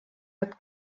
nad